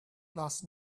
last